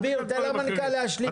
אביר, תן למנכ"ל להשלים את דבריו.